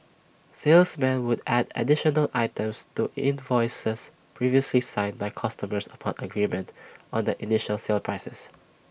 salesmen would add additional items to invoices previously signed by customers upon agreement on the initial sale prices